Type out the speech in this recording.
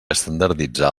estandarditzar